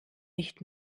nicht